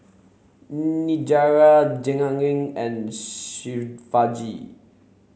Niraj Jehangirr and Shivaji